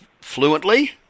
fluently